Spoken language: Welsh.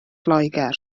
loegr